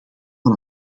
van